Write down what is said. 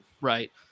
Right